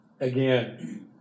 Again